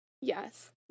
Yes